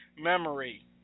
memory